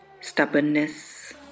stubbornness